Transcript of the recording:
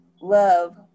love